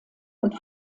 mit